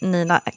Nina